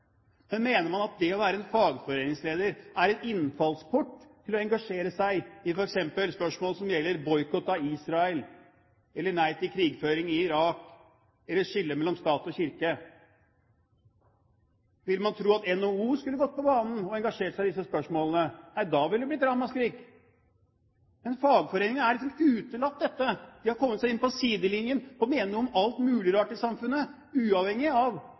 men mener man at det å være fagforeningsleder er en innfallsport til å engasjere seg i spørsmål som f.eks. gjelder boikott av Israel, nei til krigføring i Irak eller skillet mellom stat og kirke? Ville man tro at NHO skulle gå på banen og engasjere seg i disse spørsmålene? Nei, da ville det blitt ramaskrik! Men fagforeningene er liksom utenfor dette, de har kommet seg inn på sidelinjen og mener noe om alt mulig rart i samfunnet, uavhengig av